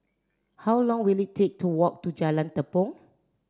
how long will it take to walk to Jalan Tepong